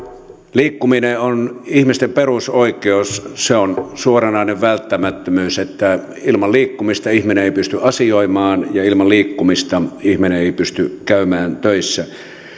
liikkuminen on ihmisten perusoikeus se on suoranainen välttämättömyys ilman liikkumista ihminen ei pysty asioimaan ja ilman liikkumista ihminen ei ei pysty käymään töissä